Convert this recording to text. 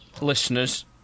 listeners